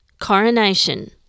coronation